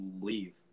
leave